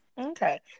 okay